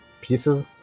pieces